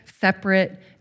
separate